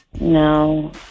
No